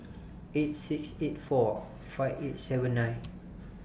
eight six eight four five eight seven nine